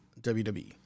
WWE